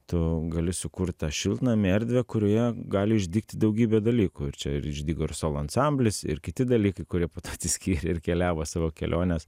tu gali sukurt tą šiltnamį erdvę kurioje gali išdygti daugybė dalykų ir čia ir išdygo ir solo ansamblis ir kiti dalykai kurie po to atsiskyrė ir keliavo savo keliones